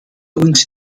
uns